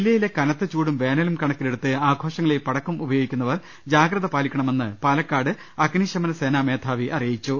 ജില്ലയിലെ കനത്ത ചൂടും വേനലും കണക്കിലെടുത്ത് ആഘോഷങ്ങളിൽ പടക്കം ഉപയോഗിക്കുന്നവർ ജാഗ്രത പാലിക്കണമെന്ന് പാലക്കാട് അഗ്നിശമന സേനാ മേധാവി അറിയിച്ചു